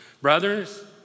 Brothers